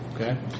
okay